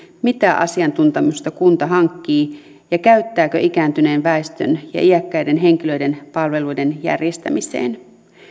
mitä asiantuntemusta kunta hankkii ja käyttää ikääntyneen väestön ja iäkkäiden henkilöiden palveluiden järjestämiseen